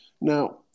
Now